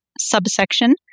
subsection